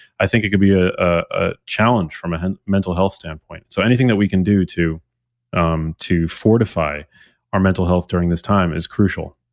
i think it could be ah a challenge from a mental health standpoint. so anything that we can do to um to fortify our mental health during this time is crucial